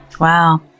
Wow